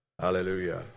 Hallelujah